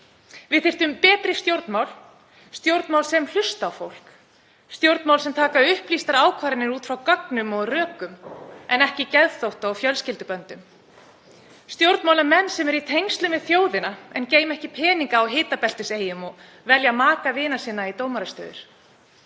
Við þyrftum betri stjórnmál, stjórnmál sem hlusta á fólk, stjórnmál sem taka upplýstar ákvarðanir út frá gögnum og rökum en ekki geðþótta og fjölskylduböndum. Stjórnmálamenn sem eru í tengslum við þjóðina en geyma ekki peninga á hitabeltiseyjum og velja maka vina sinna í dómarastöður.